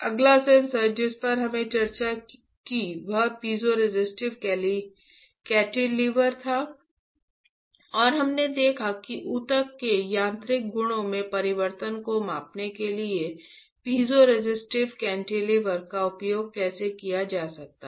अगला सेंसर जिस पर हमने चर्चा की वह पीज़ोरेसिस्टिव कैंटिलीवर था और हमने देखा कि ऊतक के यांत्रिक गुणों में परिवर्तन को मापने के लिए पीज़ोरेसिस्टिव कैंटिलीवर का उपयोग कैसे किया जा सकता है